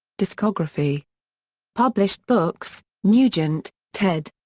discography published books nugent, ted.